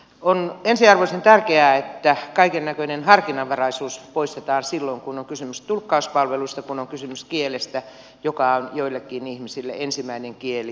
on ensiarvoisen tärkeää että kaikennäköinen harkinnanvaraisuus poistetaan silloin kun on kysymys tulkkauspalveluista kun on kysymys kielestä joka on joillekin ihmisille ensimmäinen kieli ja äidinkieli